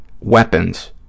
weapons